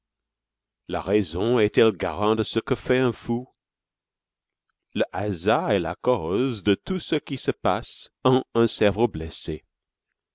la raison est-elle garant de ce que fait un fou le hasard est la cause de tout ce qui se passe en un cerveau blessé